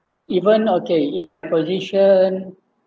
even okay in position